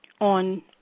on